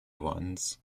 ones